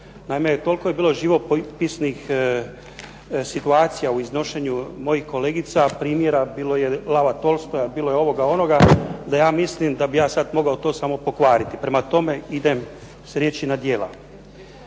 Naime, toliko je bilo živopisnih situacija u iznošenju mojih kolega, primjera bilo je Lava Tolstoja, bilo je ovoga, onoga da ja mislim da bi ja sad mogao to samo pokvariti. Prema tome, idem s riječi na djela.